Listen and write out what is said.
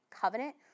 covenant